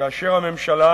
כאשר הממשלה,